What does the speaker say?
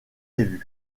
élu